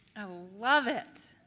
i love it!